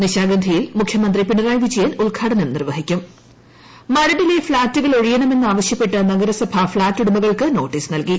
നിശാഗന്ധിയിൽ ്മുഖ്യമന്ത്രി പിണറായി വിജയൻ ഉദ്ഘാടനം നിർവഹിക്കും മരടിലെ ഫ്ളാറ്റുകൾ ഒഴിയണമെന്ന് ആവശ്യപ്പെട്ട് നഗരസഭ ഫ്ളാറ്റുടമകൾക്ക് നോട്ടീസ് നൽകി